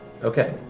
Okay